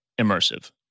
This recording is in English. immersive